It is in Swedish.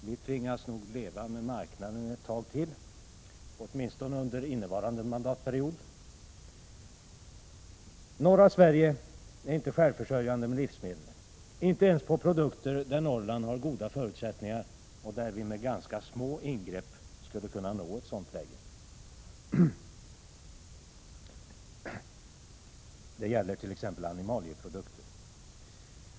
Vi tvingas leva med marknaden ett tag till, åtminstone under innevarande mandatperiod. Norra Sverige är inte självförsörjande med livsmedel, inte ens på produkter där Norrland har goda förutsättningar och där vi med ganska små ingrepp skulle kunna nå ett sådant läge. Det gäller t.ex. animalieprodukter.